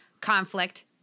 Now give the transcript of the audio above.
Conflict